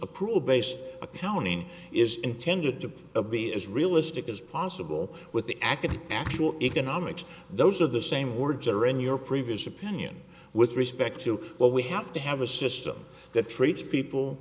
accrual based accounting is intended to be as realistic as possible with the aca to actual economics those of the same words or in your previous opinion with respect to what we have to have a system that treats people